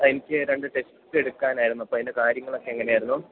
ആ എനിക്ക് രണ്ട് ടെക്സ്റ്റ് എടുക്കാനായിരുന്നു അപ്പം അതിൻ്റെ കാര്യങ്ങളൊക്കെ എങ്ങനെയായിരുന്നു